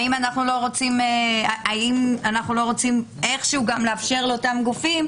האם אנחנו לא רוצים איכשהו גם לאפשר לאותם גופים,